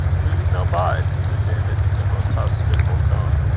will ye no bide, said janet, in a most hospitable tone,